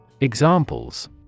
Examples